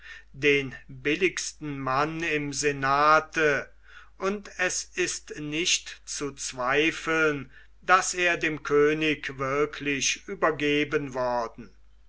den billigsten mann im senate und es ist nicht zu zweifeln daß er dem könig wirklich übergeben worden